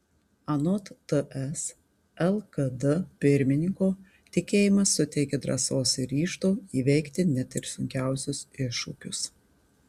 anot ts lkd pirmininko tikėjimas suteikia drąsos ir ryžto įveikti net ir sunkiausius iššūkius